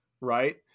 right